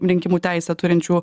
rinkimų teisę turinčių